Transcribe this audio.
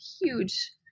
huge